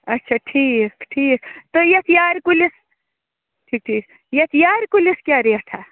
اچھا ٹھیٖک ٹھیٖک تہٕ یَتھ یارِ کُلِس ٹھیٖک ٹھیٖک یَتھ یارِ کُلِس کیٛاہ ریٹھاہ